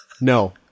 No